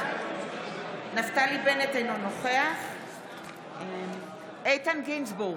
נפתלי בנט, אינו נוכח איתן גינזבורג,